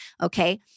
Okay